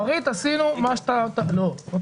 ב-ריט עשינו מה שאתה תיארת עכשיו.